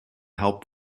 help